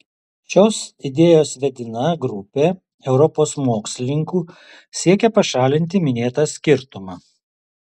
šios idėjos vedina grupė europos mokslininkų siekia pašalinti minėtą skirtumą